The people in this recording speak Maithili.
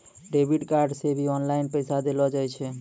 डेबिट कार्ड से भी ऑनलाइन पैसा देलो जाय छै